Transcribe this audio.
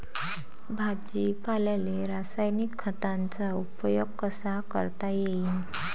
भाजीपाल्याले रासायनिक खतांचा उपयोग कसा करता येईन?